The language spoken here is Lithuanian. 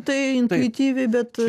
tai intuityviai bet